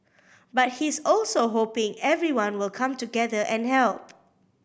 but he's also hoping everyone will come together and help